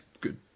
good